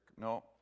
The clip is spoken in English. No